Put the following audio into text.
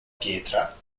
pietra